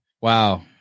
Wow